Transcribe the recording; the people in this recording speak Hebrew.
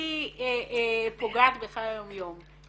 הכי פוגעת בחיי היום יום,